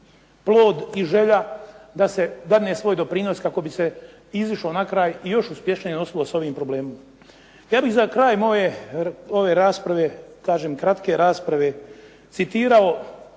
plod i želja da se dadne svoj doprinos kako bi se izišlo na kraj i još uspješnije nosilo s ovim problemom. Ja bi za kraj moje ove rasprave, kažem kratke rasprave, citirao